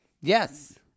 Yes